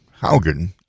Haugen